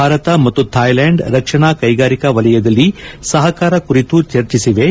ಭಾರತ ಮತ್ತು ಥಾಯ್ಲೆಂಡ್ ರಕ್ಷಣಾ ಕೈಗಾರಿಕಾ ವಲಯದಲ್ಲಿ ಸಹಕಾರ ಕುರಿತು ಚರ್ಚಿಸಿವೆ